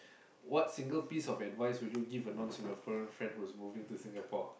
what single piece of advice would you give a non Singaporean friend who is moving to Singapore